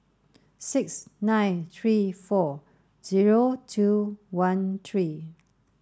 six nine three four zero two one three